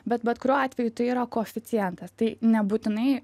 bet bet kuriuo atveju tai yra koeficientas tai nebūtinai